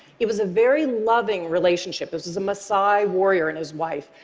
it was a very loving relationship. this was a maasai warrior and his wife,